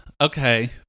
Okay